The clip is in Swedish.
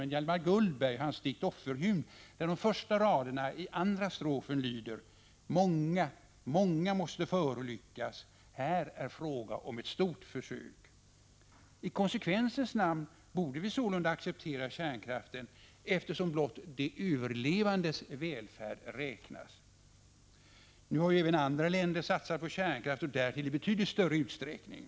I Hjalmar Gullbergs Offerhymn lyder de första raderna i andra strofen: Många, många måste förolyckas. Här är fråga om ett stort försök. I konsekvensens namn borde vi sålunda acceptera kärnkraften, eftersom blott de överlevandes välfärd räknas. Nu har ju även andra länder satsat på kärnkraft, och därtill i betydligt större utsträckning.